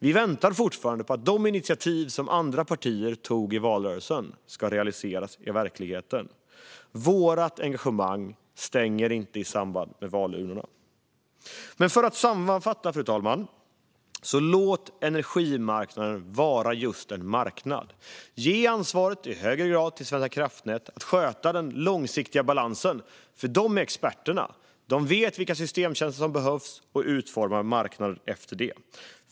Vi väntar fortfarande på att de initiativ som andra partier tog i valrörelsen ska realiseras i verkligheten. Vårt engagemang stänger inte samtidigt som valurnorna. Men låt mig sammanfatta, fru talman: Låt energimarknaden vara just en marknad. Ge i högre grad ansvaret till Svenska kraftnät när det gäller att sköta den långsiktiga balansen, för de är experterna. De vet vilka systemtjänster som behövs och utformar marknaden efter det.